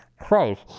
christ